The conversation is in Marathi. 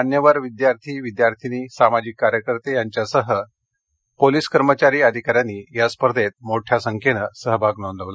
मान्यवर विद्यार्थी विद्यार्थिनी सामाजिक कार्यकर्ते यांच्यासह पोलिस कर्मचारी अधिकाऱ्यांनी या स्पर्धेत सहभाग घेतला